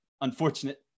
unfortunate